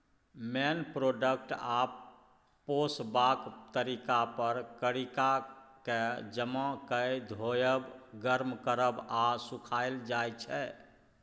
मेन product आ पोसबाक तरीका पर कीराकेँ जमा कए धोएब, गर्म करब आ सुखाएल जाइ छै